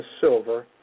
silver